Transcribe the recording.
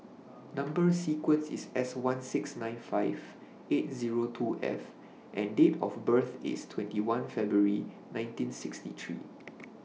Number sequence IS S one six nine five eight Zero two F and Date of birth IS twenty one February nineteen sixty three